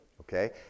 okay